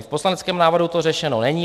V poslaneckém návrhu to řešeno není.